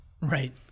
Right